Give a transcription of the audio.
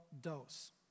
dose